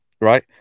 right